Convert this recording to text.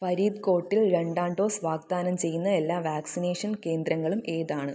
ഫരീദ്കോട്ടിൽ രണ്ടാം ഡോസ് വാഗ്ദാനം ചെയ്യുന്ന എല്ലാ വാക്സിനേഷൻ കേന്ദ്രങ്ങളും ഏതാണ്